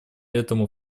этому